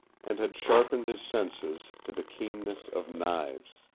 and had sharpened his senses to the keenness of knives.